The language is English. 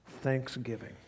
thanksgiving